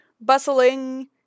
bustling